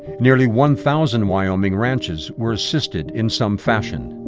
nearly one thousand wyoming ranches were assisted in some fashion.